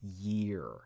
year